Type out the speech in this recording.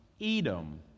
Edom